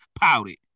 Pouted